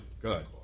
Good